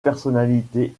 personnalité